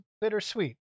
bittersweet